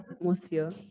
atmosphere